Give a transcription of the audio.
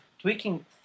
tweaking